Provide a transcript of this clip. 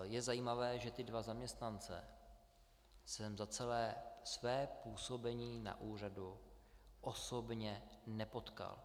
Je zajímavé, že ty dva zaměstnance jsem za celé své působení na úřadu osobně nepotkal.